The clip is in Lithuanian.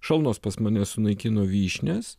šalnos pas mane sunaikino vyšnias